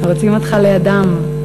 רוצים אותך לידם.